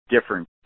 different